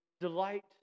Delight